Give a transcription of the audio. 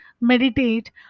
meditate